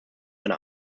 eine